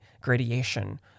gradation